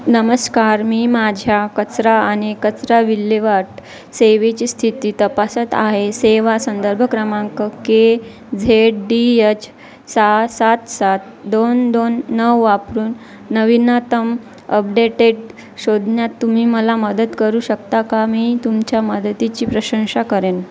नमस्कार मी माझ्या कचरा आणि कचरा विल्हेवाट सेवेची स्थिती तपासत आहे सेवा संदर्भ क्रमांक के झेड डी एच सहा सात सात दोन दोन नऊ वापरून नवीनतम अपडेटेड शोधण्यात तुम्ही मला मदत करू शकता का मी तुमच्या मदतीची प्रशंसा करेन